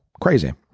crazy